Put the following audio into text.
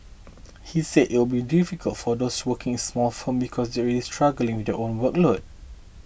he said it would be difficult for those working small firms because they are struggling with their own workload